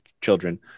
children